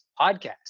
podcast